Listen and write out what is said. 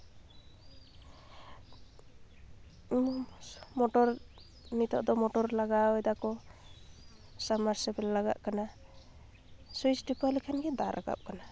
ᱠᱩᱸᱧ ᱢᱚᱴᱚᱨ ᱱᱤᱛᱳᱜ ᱫᱚ ᱢᱚᱴᱚᱨ ᱞᱟᱜᱟᱣᱮᱫᱟ ᱠᱚ ᱥᱟᱵᱱᱟᱨᱥᱤᱵᱮᱞ ᱞᱟᱜᱟᱜ ᱠᱟᱱᱟ ᱥᱩᱭᱤᱪ ᱴᱤᱯᱟᱹᱣ ᱞᱮᱠᱷᱟᱱ ᱜᱮ ᱫᱟᱜ ᱨᱟᱠᱟᱯ ᱠᱟᱱᱟ